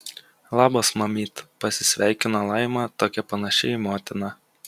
labas mamyt pasisveikino laima tokia panaši į motiną